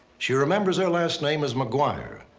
she remembers their last name as mcguire.